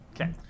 Okay